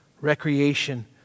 recreation